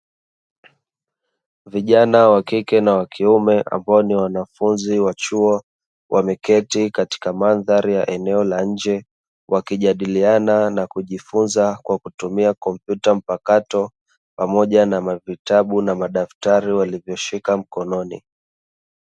Vijana wa kike na wa kiume ambao ni wanafunzi wa chuo, wameketi katika mandhari ya eneo la nje wakijadiliana na kujifunza kwa kutumia kompyuta mpakato pamoja na mavitabu na madaftari walivyoshika mkononi.